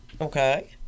Okay